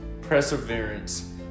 perseverance